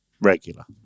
regular